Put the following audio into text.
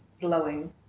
glowing